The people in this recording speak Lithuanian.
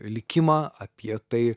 likimą apie tai